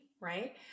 right